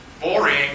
Boring